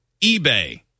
eBay